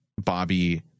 Bobby